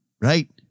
Right